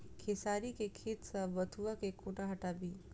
खेसारी केँ खेत सऽ बथुआ केँ कोना हटाबी